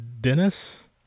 Dennis